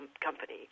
company